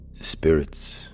spirits